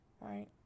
right